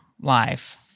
life